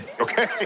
Okay